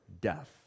death